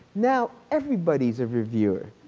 now everybody is a reviewer.